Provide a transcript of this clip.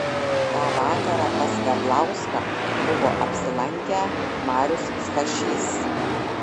tą vakarą pas veblauską buvo apsilankę marius stašys